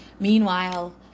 meanwhile